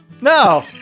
No